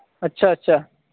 اچھا اچھا